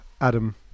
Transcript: Adam